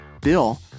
Bill